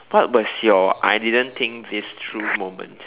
what was your I didn't think this through moment